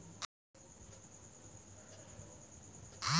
ভালো মানের ফসলের বীজ কি অনলাইনে পাওয়া কেনা যেতে পারে?